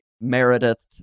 Meredith